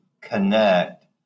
connect